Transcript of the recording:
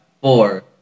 four